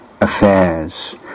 affairs